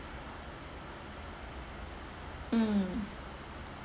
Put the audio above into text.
mm